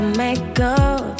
makeup